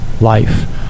life